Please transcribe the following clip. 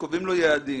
יעדים.